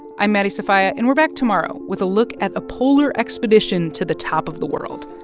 i'm maddie sofia, and we're back tomorrow with a look at a polar expedition to the top of the world.